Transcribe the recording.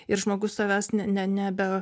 ir žmogus savęs ne ne nebe